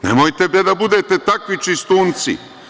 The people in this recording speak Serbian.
Nemojte, bre, da budete takvi čistunci.